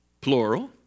plural